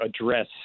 address